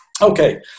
okay